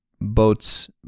Boat's